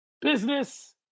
business